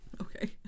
Okay